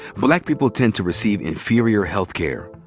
black people tend to receive inferior health care.